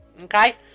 Okay